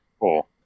cool